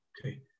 Okay